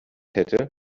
hätte